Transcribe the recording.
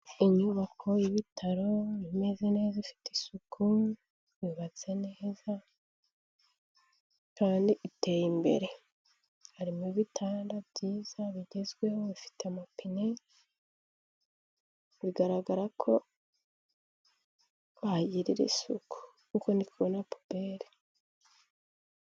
Inyubako y'ibitaro imeze neza ifite isuku yubatse neza kandi iteye imbere, harimo ibitanda byiza bigezweho bifite amapine, bigaragara ko kuhagirira isuku kuko ndikubona pubeli.